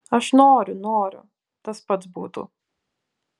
aš noriu noriu tas pats būtų